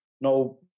no